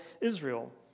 Israel